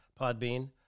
Podbean